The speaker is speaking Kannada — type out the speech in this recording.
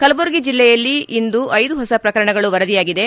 ಕಲಬುರಗಿ ಜಿಲ್ಲೆಯಲ್ಲಿ ಇಂದು ಐದು ಹೊಸ ಪ್ರಕರಣಗಳು ವರದಿಯಾಗಿದೆ